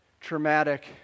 traumatic